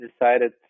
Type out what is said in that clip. decided